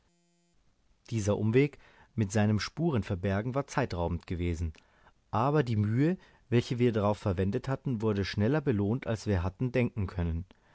dieser umweg mit seinem spurenverbergen war zeitraubend gewesen aber die mühe welche wir darauf verwendet hatten wurde schneller belohnt als wir hatten denken können